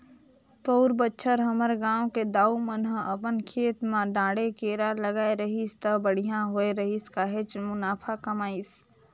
पउर बच्छर हमर गांव के दाऊ मन ह अपन खेत म डांड़े केरा लगाय रहिस त बड़िहा होय रहिस काहेच मुनाफा कमाइस